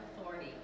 authority